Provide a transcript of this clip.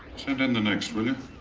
send in the next, will